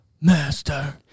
Master